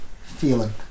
feeling